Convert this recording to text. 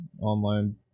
online